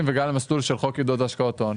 וגם למסלול של חוק עידוד השקעות הון.